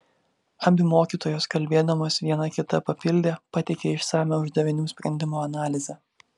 abi mokytojos kalbėdamos viena kitą papildė pateikė išsamią uždavinių sprendimo analizę